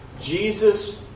Jesus